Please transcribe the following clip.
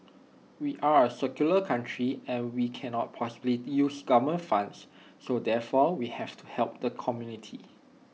we are A secular country and we cannot possibly use government funds so therefore we have to help the community